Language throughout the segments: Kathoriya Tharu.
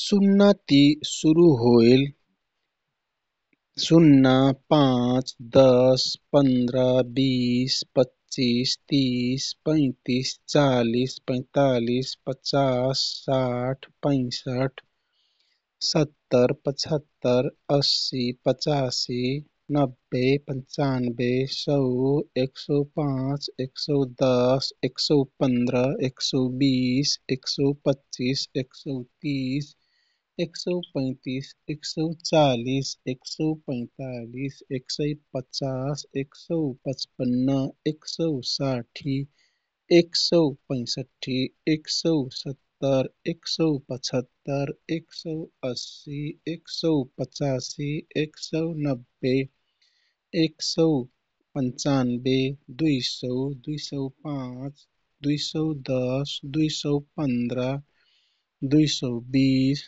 सुन्ना ति सुरू होइल शुन्ना, पाँच, दश, पन्द्र, बीस, पच्चिस, तीस, पैतिस, चालिस, पैतालिस, पचास, पचपन, साठ, पसैठ, सत्तर, पछत्तर, असी, पचासी, नब्बे, पनचानब्बे, सौ, एकसौ पाँच, एकसौ दश, एकसौ पन्द्र, एकसौ बीस, एकसौ पच्चिस, एकसौ तीस, एकसौ पैतिस, एकसौ चालिस, एकसौ पैतालिस, एकसौ पचास, एकसौ पचपन, एकसौ साठ, एकसौ पैसठ, एकसौ सत्तर, एकसौ पछत्तर, एकसौ असी, एकसौ पचासी, एकसौ नब्बे, एकसौ पनचानब्बे, दुइसौ, दुइसौ पाँच, दुइसौ दश, दुइसौ पन्द्र, दुइसौ बीस,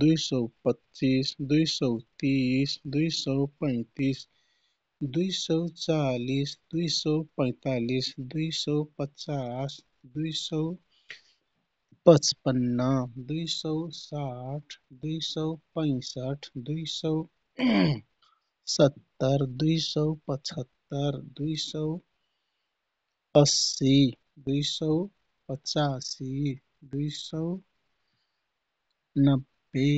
दुइसौ पच्चिस, दुइसौ तिस, दुइसौ पैतिस, दुइसौ चालिस, दुइसौ पैतालिस, दुइसौ पचास, दुइसौ पचपन, दुइसौ साठ, दुइसौ पैसठ, दुइसौ सत्तर, दुइसौ पछत्तर, दुइसौ असी, दुइसौ पचासी, दुइसौ नब्बे।